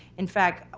in fact,